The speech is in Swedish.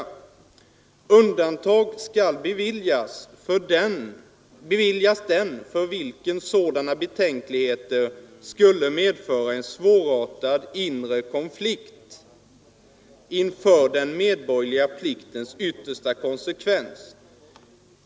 Undantag skall kunna beviljas den för vilken sådana betänkligheter skulle medföra en svårartad inre konflikt inför den medborgerliga pliktens yttersta konsekvens.